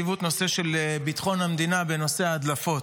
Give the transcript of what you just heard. בזמן האחרון עולה חשיבות נושא ביטחון המדינה בנושא ההדלפות.